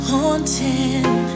Haunting